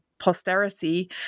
posterity